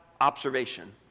observation